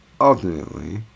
Ultimately